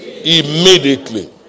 Immediately